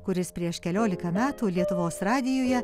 kuris prieš keliolika metų lietuvos radijuje